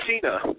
Cena